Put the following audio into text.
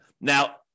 Now